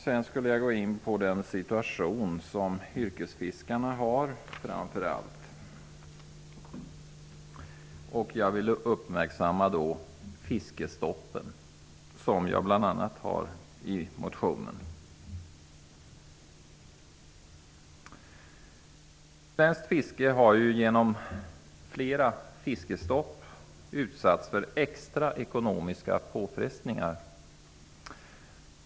Sedan vill jag gå in på den situation som framför allt yrkesfiskarna har. Jag vill uppmärksamma fiskestoppen som jag tar upp i motionen. Svenskt fiske har genom flera fiskestopp utsatts för extra ekonomiska påfrestningar.